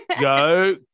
go